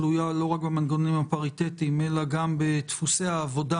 תלויה לא רק במנגנונים הפריטטיים אלא גם בדפוסי העבודה